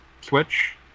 Switch